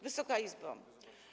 Wysoka Izbo!